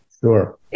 Sure